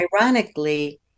Ironically